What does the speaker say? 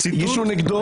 הגישו נגדו